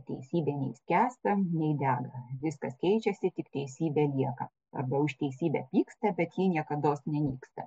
teisybė nei skęsta nei dega viskas keičiasi tik teisybė lieka arba už teisybę pyksta bet ji niekados nenyksta